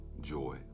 joy